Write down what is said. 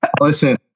Listen